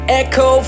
echo